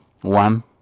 One